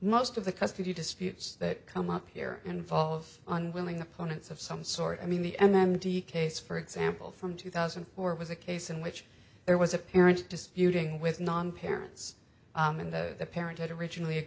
most of the custody disputes that come up here involve unwilling opponents of some sort i mean the m m t case for example from two thousand and four was a case in which there was a parent disputing with non parents and the parent had originally